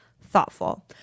thoughtful